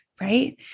right